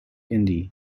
indie